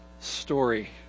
story